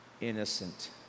innocent